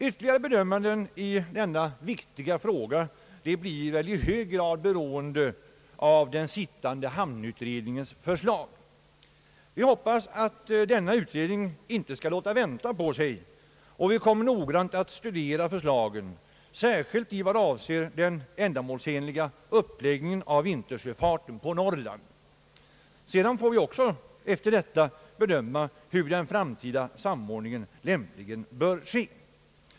Ytterligare bedömanden i denna viktiga fråga blir väl i hög grad beroende av den sittande hamnutredningens förslag. Vi hoppas att denna utredning inte skall låta vänta på sig, och vi kommer att noggrant studera förslagen, särskilt beträffande den ändamålsenliga uppläggningen av vintersjöfarten på Norrland. Sedan får vi efter detta bedöma, hur den framtida samordningen lämpligen bör ske.